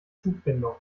zugbindung